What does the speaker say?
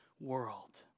world